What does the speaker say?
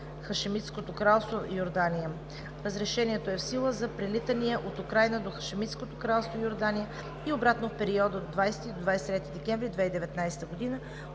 Хашемидското кралство Йордания. Разрешението е в сила за прелитания от Украйна до Хашемидското кралство Йордания и обратно в периода от 20 до 23 декември 2019 г.